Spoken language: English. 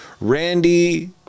Randy